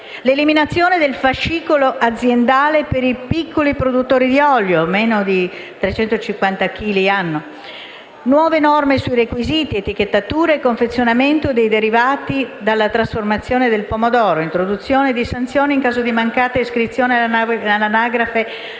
l'eliminazione del fascicolo aziendale per i piccoli produttori di olio (meno di 350 chili annui); nuove norme sui requisiti di etichettatura e confezionamento dei derivati dalla trasformazione del pomodoro; introduzione di sanzioni in caso di mancata iscrizione all'anagrafe apistica;